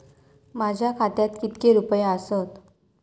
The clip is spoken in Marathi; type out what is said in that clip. माझ्या खात्यात कितके रुपये आसत?